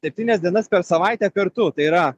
septynias dienas per savaitę kartu tai yra